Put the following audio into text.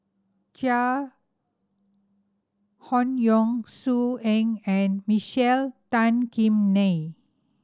Chai Hon Yoong So Heng and Michael Tan Kim Nei